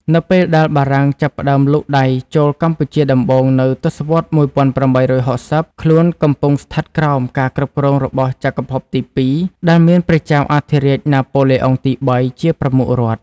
នៅពេលដែលបារាំងចាប់ផ្ដើមលូកដៃចូលកម្ពុជាដំបូងនៅទសវត្សរ៍ ១៨៦០ ខ្លួនកំពុងស្ថិតក្រោមការគ្រប់គ្រងរបស់ ចក្រភពទីពីរ ដែលមានព្រះចៅអធិរាជ ណាប៉ូឡេអុងទី៣ ជាប្រមុខរដ្ឋ។